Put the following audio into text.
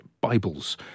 Bibles